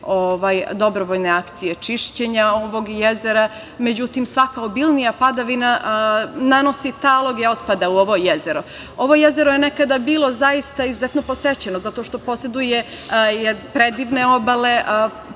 dobrovoljne akcije čišćenja ovog jezera. Međutim, svaka obilnija padavina nanosi taloge otpada u ovo jezero. Ovo jezero je nekada bilo zaista izuzetno posećeno zato što poseduje predivne obale.